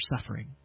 suffering